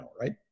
right